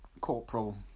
Corporal